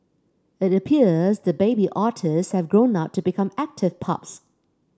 it appears the baby otters have grown up to become active pups